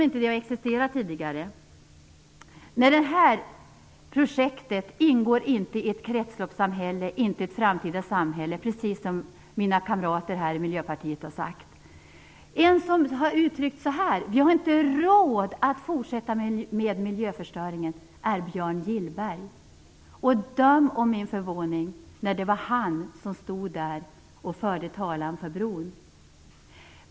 Nej, det här projektet ingår inte i ett kretsloppssamhälle och inte i ett framtida samhälle, precis som mina kamrater i Miljöpartiet har sagt. "Vi har inte råd att fortsätta med miljöförstöringen" har Björn Gillberg sagt. Döm om min förvåning när det var han som stod där och förde talan för bron.